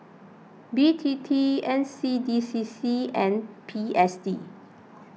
B T T N C D C C and P S D